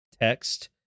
text